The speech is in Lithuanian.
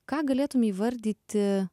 ką galėtum įvardyti